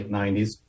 90s